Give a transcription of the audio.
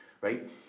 right